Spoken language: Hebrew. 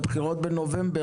הבחירות בנובמבר,